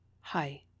Hi